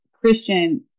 Christian